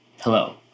Hello